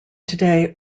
today